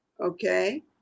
Okay